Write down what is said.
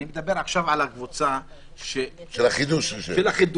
אני מדבר עכשיו על הקבוצה של החידוש רישיון.